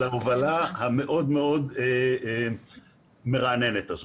על ההובלה המאוד מאוד מרעננת הזו.